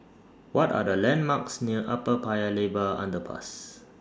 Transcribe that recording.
What Are The landmarks near Upper Paya Lebar Underpass